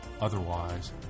Otherwise